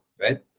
right